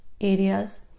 areas